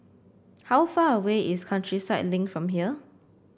how far away is Countryside Link from here